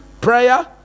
prayer